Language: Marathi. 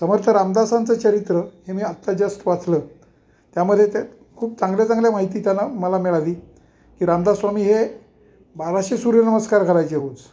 समर्थ रामदाासांचं चरित्र हे मी आत्ता जस्ट वाचलं त्यामध्येे ते खूप चांगल्या चांगल्या माहिती त्यानं मला मिळाली की रामदास स्वामी हे बाराशे सूर्य नमस्कार करायचे रोज